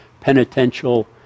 penitential